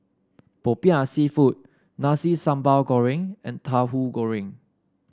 popiah seafood Nasi Sambal Goreng and Tauhu Goreng